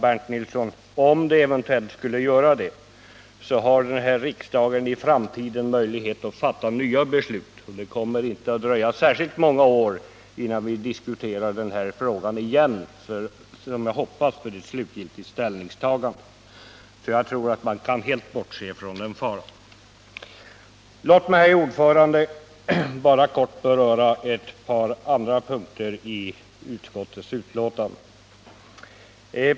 Men om den eventuellt skulle göra det, har riksdagen i framtiden möjlighet att fatta nya beslut, och det kommer inte att dröja särskilt många år innan vi diskuterar den här frågan igen för, som jag hoppas, ett slutgiltigt ställningstagande. Jag tror alltså att man helt kan bortse från den faran. Låt mig, herr talman, bara kort beröra ett par andra punkter i utskottets betänkande.